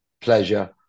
pleasure